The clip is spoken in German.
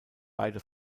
beide